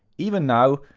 even now,